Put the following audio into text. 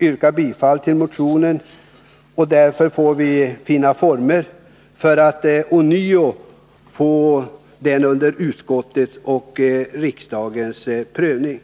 yrka bifall till motionen. Vi får därför finna former för att ånyo få den under utskottets och riksdagens prövning.